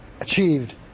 achieved